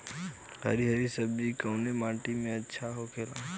हरी हरी सब्जी कवने माटी में अच्छा होखेला?